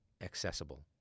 accessible